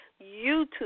YouTube